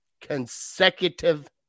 consecutive